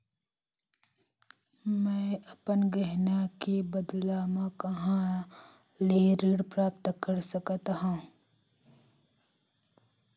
मै अपन गहना के बदला मा कहाँ ले ऋण प्राप्त कर सकत हव?